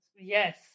Yes